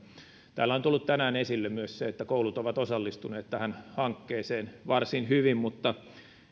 täällä on tullut tänään esille myös se että koulut ovat osallistuneet tähän hankkeeseen varsin hyvin mutta